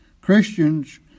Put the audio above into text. Christians